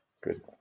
Good